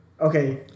Okay